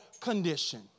condition